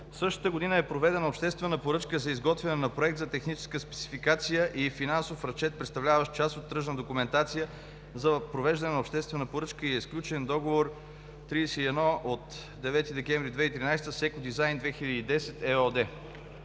Същата година е проведена обществена поръчка за изготвяне на Проект за техническа спецификация и финансов разчет, представляващ част от тръжна документация за провеждане на обществена поръчка и е сключен договор № 31 от 9 декември 2013 г. с „Еко Дизайн 2010“ ЕООД.